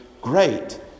great